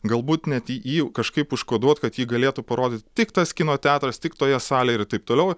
galbūt net jį jau kažkaip užkoduot kad ji galėtų parodyt tik tas kino teatras tik toje salėje ir taip toliau